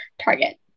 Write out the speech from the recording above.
Target